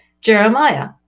jeremiah